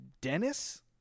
Dennis